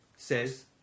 Says